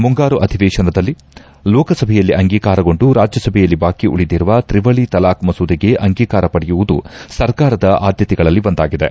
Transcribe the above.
ಮುಂಗಾರು ಅಧಿವೇಶನದಲ್ಲಿ ಲೋಕಸಭೆಯಲ್ಲಿ ಅಂಗೀಕಾರಗೊಂಡು ರಾಜ್ಯಸಭೆಯಲ್ಲಿ ಬಾಕಿ ಉಳಿದಿರುವ ತ್ರಿವಳಿ ತಲಾಖ್ ಮಸೂದೆಗೆ ಅಂಗೀಕಾರ ಪಡೆಯುವುದು ಸರ್ಕಾರದ ಆದ್ಯತೆಗಳಲ್ಲಿ ಒಂದಾಗಿದೆ